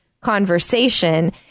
conversation